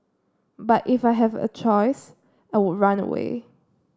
but if I have a choice I would run away